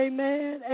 Amen